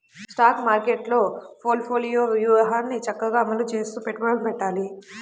stock మార్కెట్టులో portfolio వ్యూహాన్ని చక్కగా అమలు చేస్తూ పెట్టుబడులను పెట్టాలి